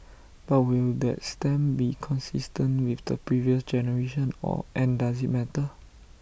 but will that stamp be consistent with the previous generation or and does IT matter